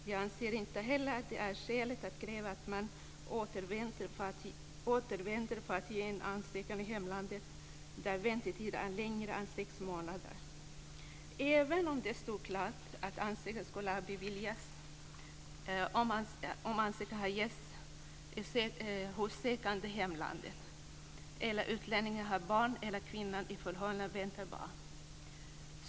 Vi anser inte heller att det är skäligt att kräva att man återvänder för att göra en ansökan i hemlandet om väntetiden är längre än sex månader, även om det står klart att ansökan skulle ha beviljats om den gjorts av sökanden i hemlandet, om utlänningen har barn eller kvinnan i förhållandet väntar barn.